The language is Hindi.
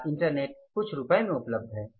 आज इंटरनेट कुछ रुपये में उपलब्ध है